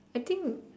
I think